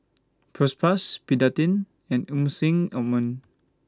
Propass Betadine and Emulsying Ointment